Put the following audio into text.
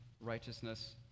righteousness